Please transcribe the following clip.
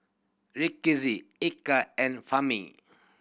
Rizqi Eka and Fahmi